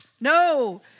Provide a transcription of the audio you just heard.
no